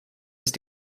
ist